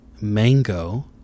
mango